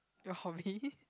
your hobby